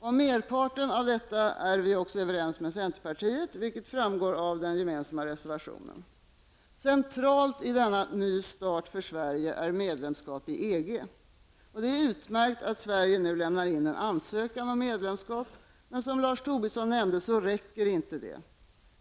Om merparten av detta är vi också överens med centerpartiet, vilket framgår av den gemensamma reservationen. Centralt i denna Ny start för Sverige är medlemskap i EG. Det är utmärkt att Sverige nu lämnar in en ansökan om medlemskap, men som Lars Tobisson nämnde räcker inte det.